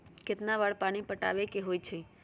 कितना बार पानी पटावे के होई छाई?